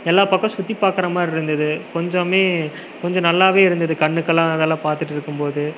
எல்லா பக்கம் சுற்றி பார்க்கற மாதிரிருந்தது கொஞ்சமே கொஞ்சம் நல்லாவே இருந்தது கண்ணுக்கெல்லாம் இதெல்லாம் பார்த்துட்டு இருக்கும் போது